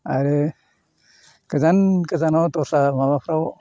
आरो गोजान गोजानाव दस्रा माबाफ्राव